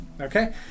okay